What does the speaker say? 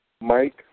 Mike